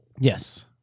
Yes